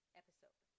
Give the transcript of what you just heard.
episode